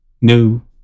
new